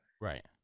Right